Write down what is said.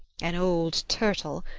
an old turtle,